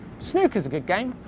snook is a good game.